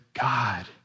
God